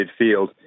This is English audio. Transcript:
midfield